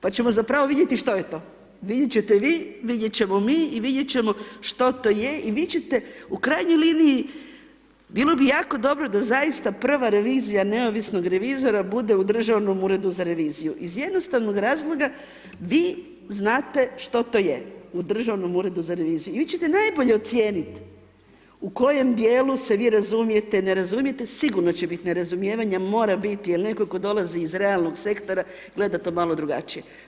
Pa ćemo zapravo vidjeti što je to, vidjet ćete vi, vidjet ćemo mi i vidjet ćemo što to je i vi ćete u krajnjoj liniji bilo bi jako dobro da zaista prava revizija neovisnog revizora bude u Državnom uredu za reviziju iz jednostavnog razloga, vi znate što to je u Državnom uredu za reviziju i vi ćete najbolje ocijenit u kojem dijelu se vi razumijete, ne razumijete, sigurno će bit nerazumijevanja, mora bit jer netko tko dolazi iz realnog sektora gleda to malo drugačije.